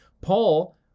Paul